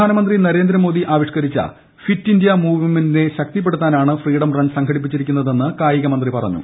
പ്രധാനമന്ത്രി നരേന്ദ്ര മോദി ആവിഷ്ക്കരിച്ച fit India മൂവ്മെന്റിനെ ശക്തിപ്പെടുത്താനാണ് ഫ്രീഡം റൺ സംഘടിപ്പിച്ചിരിക്കുന്നതെന്ന് കായികമന്ത്രി പറഞ്ഞു